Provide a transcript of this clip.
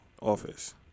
office